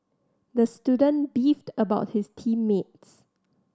the student beefed about his team mates